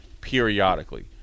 periodically